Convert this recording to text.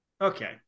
Okay